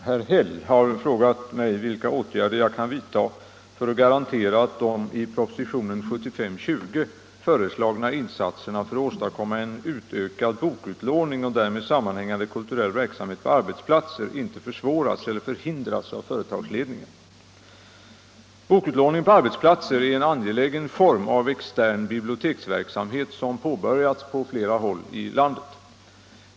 Herr talman! Herr Häll har frågat mig vilka åtgärder jag kan vidta för att garantera att de i propositionen 1975:20 föreslagna insatserna för att åstadkomma en utökad bokutlåning och därmed sammanhängande kulturell verksamhet på arbetsplatser inte försvåras eller förhindras av företagsledningen. Bokutlåning på arbetsplatser är en angelägen form av extern biblioteksverksamhet som påbörjats på flera håll i landet.